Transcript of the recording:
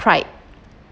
pride